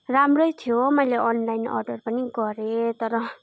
राम्रै थियो मैले अनलाइन अडर पनि गरेँ तर